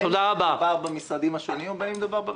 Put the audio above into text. בין אם מדובר במשרדים השונים ובין אם מדובר ברשות המקומית.